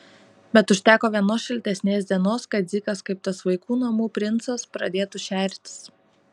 bet užteko vienos šiltesnės dienos kad dzikas kaip tas vaikų namų princas pradėtų šertis